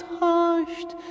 hushed